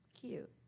Cute